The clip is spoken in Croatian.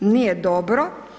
Nije dobro.